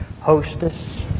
hostess